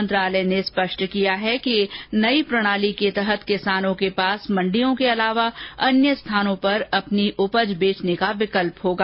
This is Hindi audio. मंत्रालय ने स्पष्ट कहा है कि नई प्रणाली के तहत किसानों के पास मंडियों के अलावा अन्य स्थानों पर अपनी उपज बेचने का विकल्प होगा